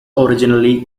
originally